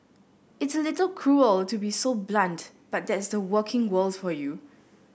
it's a little cruel to be so blunt but that's the working world for you